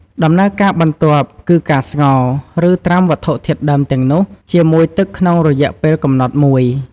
ដំណើរការបន្ទាប់គឺការស្ងោរ ឬត្រាំវត្ថុធាតុដើមទាំងនោះជាមួយទឹកក្នុងរយៈពេលកំណត់មួយ។